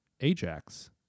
Ajax